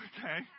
Okay